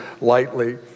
lightly